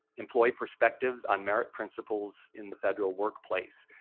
employee perspectives on merit principles in the federal work place.